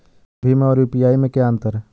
भीम और यू.पी.आई में क्या अंतर है?